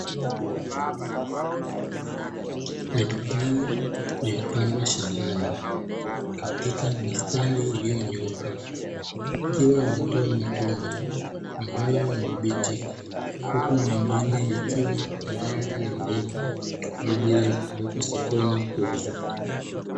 Mipapai iliyopandwa shambani katika mistari iliyonyooka ikiwa imetoa matunda ambayo ni mabichi huku mengine yakiwa tayari yameiva kwa ajili ya kupelekwa sokoni kuuzwa.